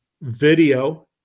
video